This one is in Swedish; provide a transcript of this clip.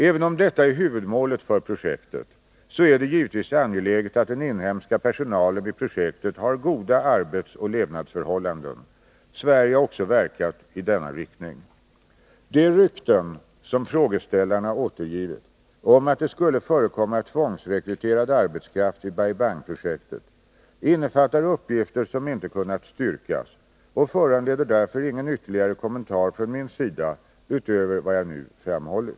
Även om detta är huvudmålet för projektet så är det givetvis angeläget att den inhemska personalen vid projektet har goda arbetsoch levnadsförhållanden. Sverige har också verkat i denna riktning. De rykten som frågeställarna återgivit om att det skulle förekomma tvångsrekryterad arbetskraft vid Bai Bang-projektet innefattar uppgifter som inte kunnat styrkas och föranleder därför ingen ytterligare kommentar från min sida utöver vad jag nu framhållit.